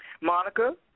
Monica